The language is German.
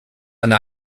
eine